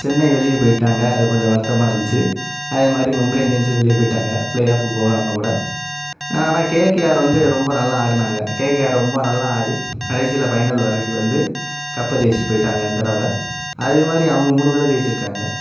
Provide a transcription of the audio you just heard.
சென்னை வெளியே போய்ட்டாங்க அது கொஞ்சம் வருத்தமாக இருந்துச்சு அதேமாதிரி மும்பை இந்தியன்ஸ்ஸும் வெளியே போய்ட்டாங்க ப்ளே ஆஃப்க்கு போகாமக்கூட ஆனால் கேகேஆர் வந்து ரொம்ப நல்லா ஆடுனாங்கள் கேகேஆர் ரொம்ப நல்லா ஆடி கடைசியில ஃபைனல் வரைக்கும் வந்து கப்பை ஜெயிச்சிவிட்டு போய்ட்டாங்க இந்த தடவை அதேமாதிரி அவங்க மூணு தடவை ஜெயிச்சிருக்காங்கள்